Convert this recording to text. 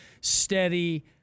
steady